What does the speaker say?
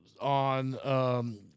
on –